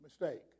mistake